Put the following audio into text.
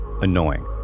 annoying